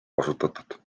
kasutatud